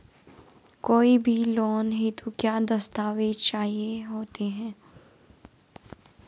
कोई भी लोन हेतु क्या दस्तावेज़ चाहिए होते हैं?